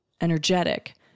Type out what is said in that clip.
energetic